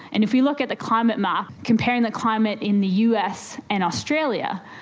and if you look at the climate map, comparing the climate in the us and australia,